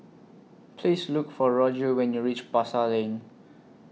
Please Look For Roger when YOU REACH Pasar Lane